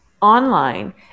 online